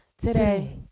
Today